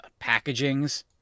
packagings